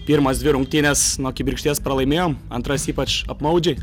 pirmas dvi rungtynes nuo kibirkšties pralaimėjom antras ypač apmaudžiai